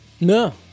No